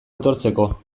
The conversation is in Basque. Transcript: etortzeko